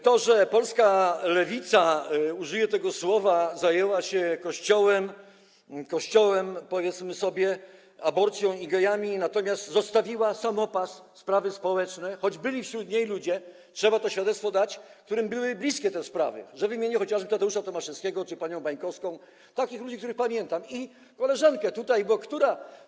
To, że polska lewica, użyję tego słowa, zajęła się Kościołem, powiedzmy sobie, aborcją i gejami, natomiast zostawiła samopas sprawy społeczne, choć byli wśród niej ludzie - trzeba temu świadectwo dać - którym były bliskie te sprawy, że wymienię chociażby Tadeusza Tomaszewskiego czy panią Bańkowską, takich ludzi, których pamiętam, i koleżankę tutaj, która.